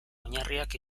oinarriak